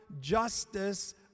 justice